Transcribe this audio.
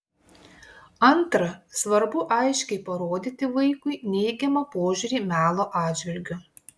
antra svarbu aiškiai parodyti vaikui neigiamą požiūrį melo atžvilgiu